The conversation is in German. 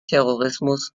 terrorismus